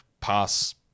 pass